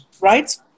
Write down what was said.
Right